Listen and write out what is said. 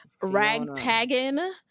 ragtagging